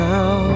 Now